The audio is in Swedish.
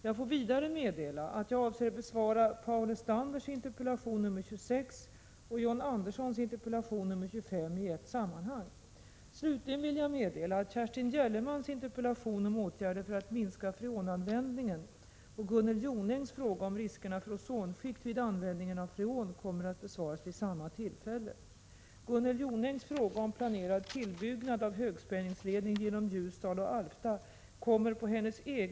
Jag får vidare meddela att jag avser att besvara Paul Lestanders interpellation nr 26 och John Anderssons interpellation nr 25 i ett sammanhang.